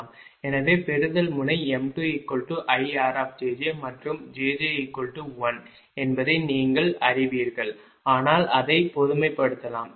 எனவே பெறுதல் முனை m2IR மற்றும் jj 1 என்பதை நீங்கள் அறிவீர்கள் ஆனால் அதை பொதுமைப்படுத்தலாம்